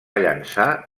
llançar